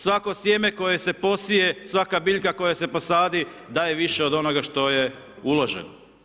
Svako sjeme koje se posije, svaka biljka koja se posadi, daje više od onoga što je uloženo.